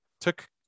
took